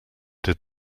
did